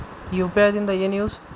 UPI ದಿಂದ ಏನು use?